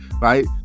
right